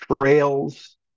trails